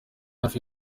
hafi